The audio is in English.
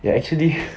ya actually